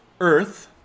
earth